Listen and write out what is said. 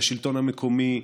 מהשלטון המקומי,